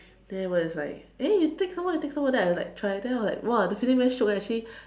then everybody is like eh you take some more take some more then I'm like try then I was like !wah! the feeling very shiok eh actually